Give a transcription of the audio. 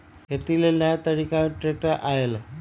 खेती लेल नया तरिका में ट्रैक्टर आयल